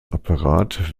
apparat